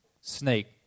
snake